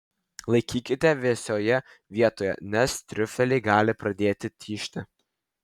laikykite vėsioje vietoje nes triufeliai gali pradėti tižti